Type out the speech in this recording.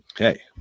Okay